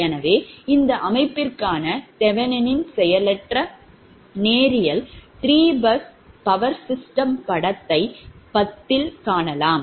எனவே இந்த அமைப்பிற்கான தெவெனின் செயலற்ற நேரியல் 3 bus power system படம் 10 இல் காணலாம்